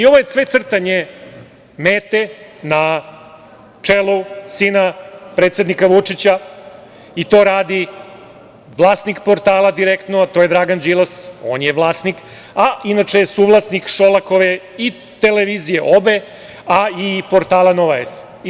Ovo je sve crtanje mete na čelu sina predsednika Vučića i to radi vlasnik portala "Direktno", a to je Dragan Đilas, on je vlasnik, a inače je suvlasnik Šolakove obe televizije i portala "Nova S"